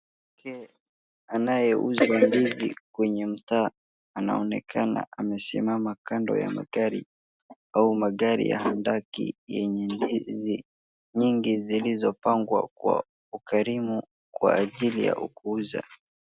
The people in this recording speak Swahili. Mwanamke anayeuza ndizi kwenye mtaa anaonekana amesimama kando ya magari au magari yenye ndizi nyingi zilizo pangwa kwa ukarimu kwa ajili ya kuuza.